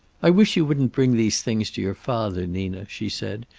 i wish you wouldn't bring these things to your father, nina, she said.